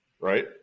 right